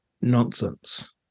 nonsense